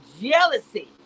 jealousy